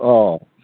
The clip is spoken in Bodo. अ